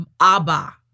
Abba